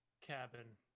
cabin